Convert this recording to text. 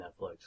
Netflix